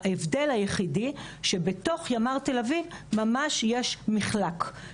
ההבדל היחידי, שבתוך ימ"ר תל אביב ממש יש מחלק.